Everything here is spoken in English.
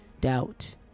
Doubt